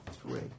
Three